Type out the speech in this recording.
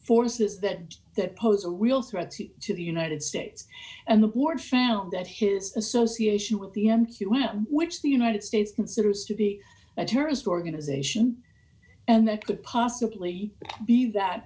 forces that that pose a real threat to the united states and the board found that his association with the m q m which the united states considers to be a terrorist organization and there could possibly be that